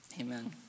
amen